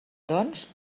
doncs